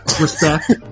Respect